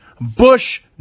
Bush